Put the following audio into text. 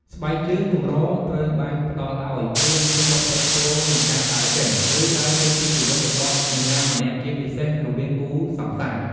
ស្បែកជើងកម្រត្រូវបានផ្តល់ឱ្យ ព្រោះវាជាប់ទាក់ទងនឹងការដើរចេញ ឬដើរចេញពីជីវិតរបស់នរណាម្នាក់ជាពិសេសរវាងគូរសង្សារ។